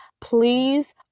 please